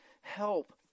help